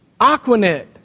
Aquanet